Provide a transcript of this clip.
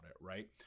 right